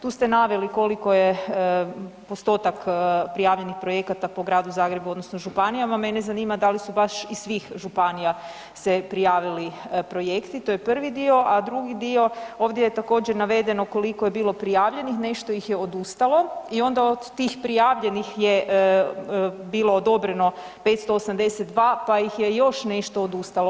Tu ste naveli koliko je postotak prijavljenih projekata po gradu Zagrebu, odnosno županijama, mene zanima da li su baš iz svih županija se prijaviti projekti, to je prvi dio, a drugi dio, ovdje je također, navedeno koliko je bilo prijavljenih, nešto ih je odustalo i onda od tih prijavljenih je bilo odobreno 582, pa ih je još nešto odustalo.